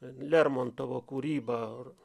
lermontovo kūryba